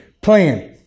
plan